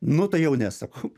nu tai jau ne sakau